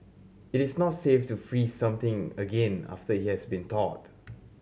it is not safe to freeze something again after it has been thawed